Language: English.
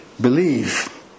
believe